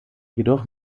jedoch